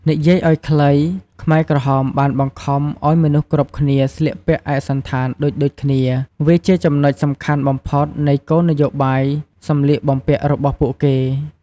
និយាយឲ្យខ្លី ខ្មែរក្រហមបានបង្ខំឲ្យមនុស្សគ្រប់គ្នាស្លៀកពាក់ឯកសណ្ឋានដូចៗគ្នា វាជាចំណុចសំខាន់បំផុតនៃគោលនយោបាយសម្លៀកបំពាក់របស់ពួកគេ។